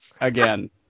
again